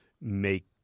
make